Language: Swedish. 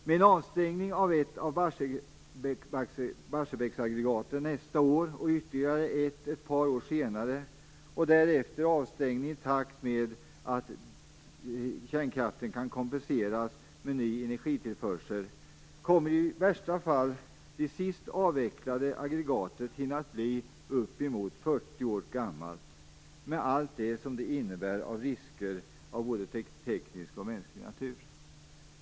Med avstängning av ett av Barsebäcksaggregaten nästa år och ett ytterligare ett par år senare, och därefter avstängning i takt med att kärnkraften kan kompenseras med ny energitillförsel, kommer i värsta fall det sist avvecklade aggregatet att hinna bli uppemot 40 år gammalt, med allt vad det innebär av risker av både teknisk och mänsklig natur.